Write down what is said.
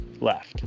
left